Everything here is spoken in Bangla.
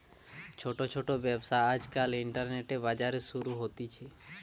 ছোট ছোট ব্যবসা আজকাল ইন্টারনেটে, বাজারে শুরু হতিছে